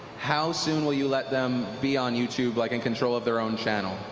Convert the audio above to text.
how soon will you let them be on youtube like in control of their own channel?